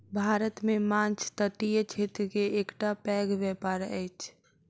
भारत मे माँछ तटीय क्षेत्र के एकटा पैघ व्यापार अछि